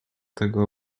tego